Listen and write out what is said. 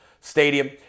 Stadium